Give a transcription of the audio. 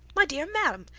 my dear ma'am,